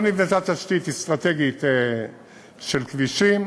לא נבנתה תשתית אסטרטגית של כבישים,